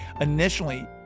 Initially